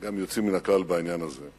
גם יוצאים מן הכלל בעניין הזה.